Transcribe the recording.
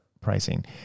pricing